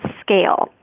scale